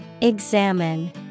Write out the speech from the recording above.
Examine